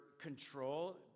control